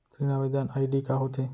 ऋण आवेदन आई.डी का होत हे?